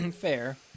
Fair